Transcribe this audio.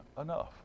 enough